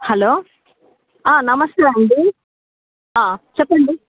hello నమస్తే అండి చెప్పండి